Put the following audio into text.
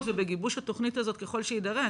ובגיבוש התוכנית הזאת ככל שיידרש.